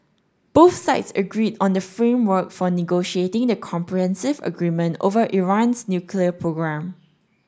both sides agreed on the framework for negotiating the comprehensive agreement over Iran's nuclear programme